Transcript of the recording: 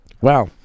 Wow